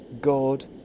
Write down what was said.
God